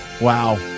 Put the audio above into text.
Wow